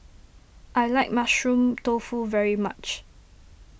I like Mushroom Tofu very much